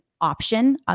option